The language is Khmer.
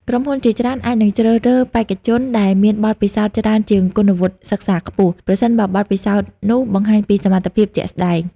ក្រុមហ៊ុនជាច្រើនអាចនឹងជ្រើសរើសបេក្ខជនដែលមានបទពិសោធន៍ច្រើនជាងគុណវុឌ្ឍិសិក្សាខ្ពស់ ប្រសិនបើបទពិសោធន៍នោះបង្ហាញពីសមត្ថភាពជាក់ស្តែង។